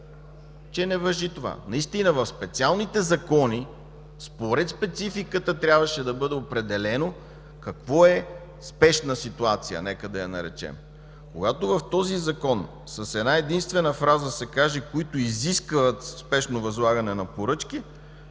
че не важи това. Наистина в специалните закони, според спецификата, трябваше да бъде определено какво е „спешна ситуация” – нека да я наречем. Когато в този Закон с една единствена фраза се каже „които изискват спешно възлагане на поръчки”,